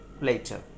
later